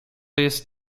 jest